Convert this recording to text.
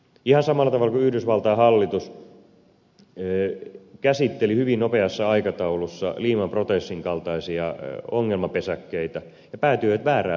ihan samalla tavalla yhdysvaltain hallitus käsitteli hyvin nopeassa aikataulussa lehman brothersin kaltaisia ongelmapesäkkeitä ja se päätyi väärään lopputulokseen